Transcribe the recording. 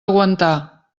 aguantar